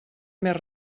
més